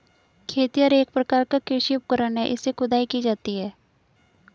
खेतिहर एक प्रकार का कृषि उपकरण है इससे खुदाई की जाती है